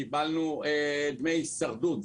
קיבלנו דמי הישרדות,